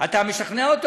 אתה משכנע אותו,